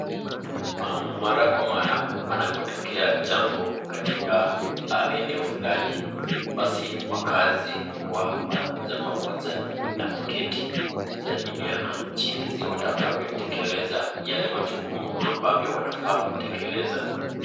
Mara kwa mara panapotokea jambo katika eneo fulani, basi wakaazi hua panakuja pamoja na kuketi kujadiliana jinsi watakavyo tekeleza yale majukumu ambavyo wanafaa kutekeleza .